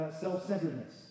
self-centeredness